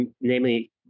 namely